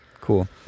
Cool